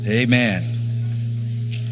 Amen